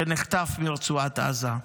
שנחטף מרצועת עזה,